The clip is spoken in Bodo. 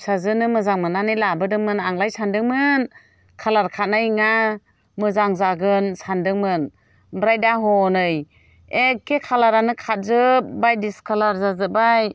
फिसाजोनो मोजां मोननानै लाबोदोंमोन आंलाय सानदोंमोन कालार खादनाय नङा मोजां जागोन सानदोंमोन ओमफ्राय दा हनै एखे कालारानो खारजोबबाय डिसकालार जाजोबबाय